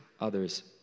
others